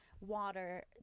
water